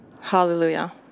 Hallelujah